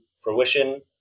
fruition